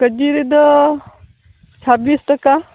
ᱠᱮᱡᱤ ᱨᱮᱫᱚ ᱪᱷᱟᱵᱽᱵᱤᱥ ᱴᱟᱠᱟ